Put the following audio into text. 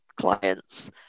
clients